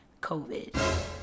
COVID